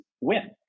win